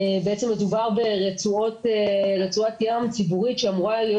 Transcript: בעצם, מדובר ברצועת ים ציבורית שאמורה להיות